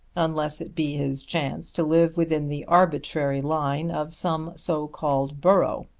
unless it be his chance to live within the arbitrary line of some so-called borough.